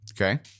Okay